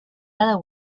other